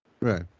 Right